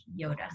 Yoda